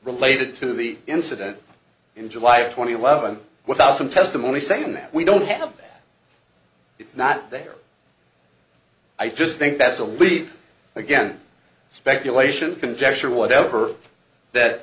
related to the incident in july twentieth eleven without some testimony saying that we don't have that it's not there i just think that's a lead again speculation conjecture whatever